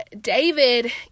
David